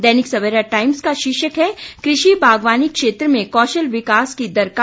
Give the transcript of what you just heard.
दैनिक Savera Times का शीर्षक है कृषि बागवानी क्षेत्र में कौशल विकास की दरकार